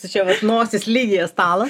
tai čia nosies lygyje stalas